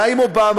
היה עם אובמה,